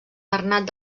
bernat